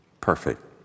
perfect